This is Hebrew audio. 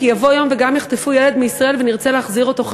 כי יבוא יום וגם יחטפו ילד מישראל ונרצה להחזיר אותו.